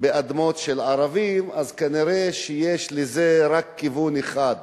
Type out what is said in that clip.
באדמות של ערבים, כנראה יש לזה רק כיוון אחד,